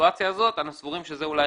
בסיטואציה הזאת אנחנו סבורים שזאת אולי